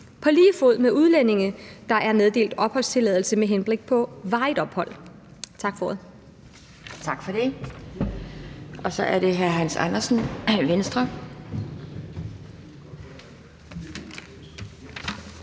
på lige fod med udlændinge, der er meddelt opholdstilladelse med henblik på varigt ophold. Tak for ordet.